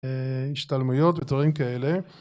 השתלמויות ודברים כאלה